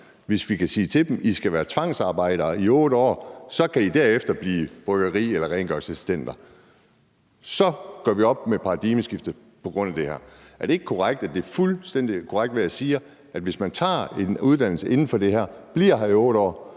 Hvis vi siger til dem, at de skal være tvangsarbejdere i 8 år, før de så derefter kan blive bryggeri- eller rengøringsassistenter, så gør vi op med paradigmeskiftet. Er det ikke fuldstændig korrekt, hvad jeg siger, nemlig at hvis man tager en uddannelse inden for det her og bliver her i 8 år,